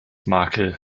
makel